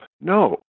No